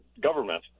government